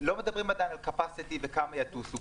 מדברים עדיין על תפוסה וכמה יטוסו,